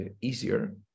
easier